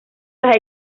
las